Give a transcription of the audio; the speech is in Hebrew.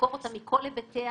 לחקור אותה מכל היבטיה,